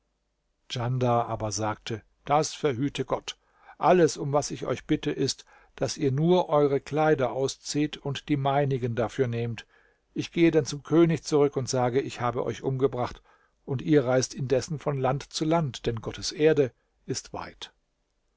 djandar aber sagte das verhüte gott alles um was ich euch bitte ist daß ihr nur euere kleider auszieht und die meinigen dafür nehmt ich gehe dann zum könig zurück und sage ich habe euch umgebracht und ihr reist indessen von land zu land denn gottes erde ist weit